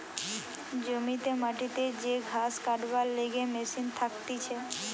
জমিতে মাটিতে যে ঘাস কাটবার লিগে মেশিন থাকতিছে